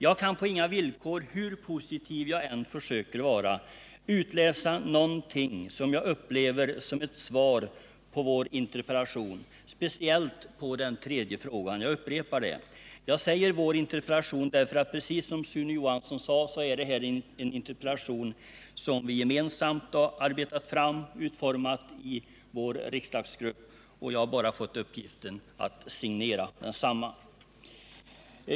Jag kan på inga villkor, hur positiv jag än försöker vara, utläsa någonting som jag upplever som ett svar på vår interpellation, speciellt inte på den tredje frågan. Jag säger vår interpellation för detta är, precis som Sune Johansson sade, en interpellation som vi utformat gemensamt i vår riksdagsgrupp. Jag har bara fått uppgiften att signera den.